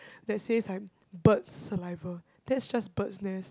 that says I'm bird's saliva that's just bird's nest